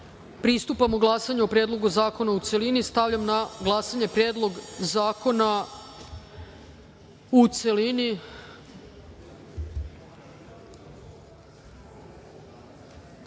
pristupamo glasanju o Predlogu zakona u celini. Stavljam na glasanje Predlog zakona o izmenama